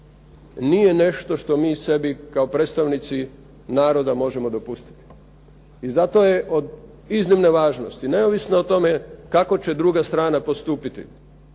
nije nešto što mi sebi kao predstavnici naroda možemo dopustiti. I zato je od iznimne važnosti neovisno o tome kako će druga strana postupiti.